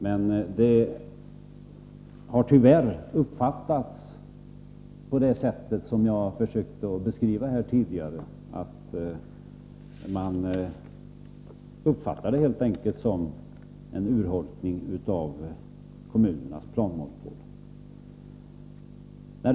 Men tyvärr har man, som jag försökt beskriva tidigare, uppfattat detta som en urholkning av kommunernas planmonopol.